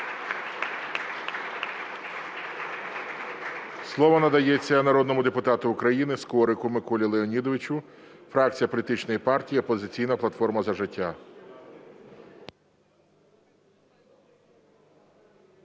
Слово надається народному депутату України Скорику Миколі Леонідовичу, фракція політичної партії "Опозиційна платформа – За життя".